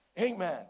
amen